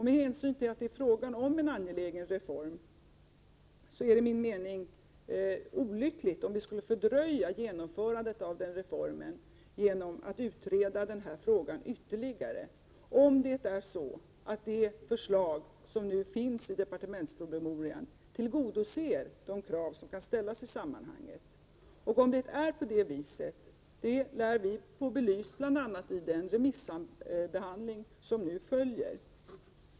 Med hänsyn till att det är fråga om en angelägen reform är det enligt min mening olyckligt om vi skulle fördröja genomförandet av den reformen genom att utreda denna fråga ytterligare, om det förslag som nu finns i departementspromemorian tillgodoser de krav som kan ställas i sammanhanget. Vi lär få belyst om det är på det viset bl.a. i den remissbehandling som nu följer.